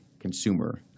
consumer